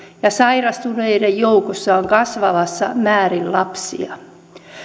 ja sairastuneiden joukossa on kasvavassa määrin lapsia